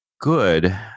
good